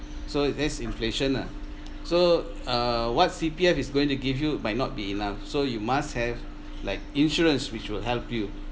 so there's inflation lah so err what C_P_F is going to give you might not be enough so you must have like insurance which will help you